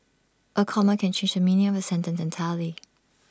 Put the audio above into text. A comma can change meaning A sentence entirely